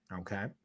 okay